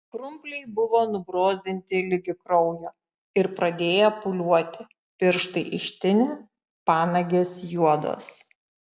krumpliai buvo nubrozdinti ligi kraujo ir pradėję pūliuoti pirštai ištinę panagės juodos